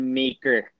maker